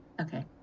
okay